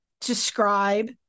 describe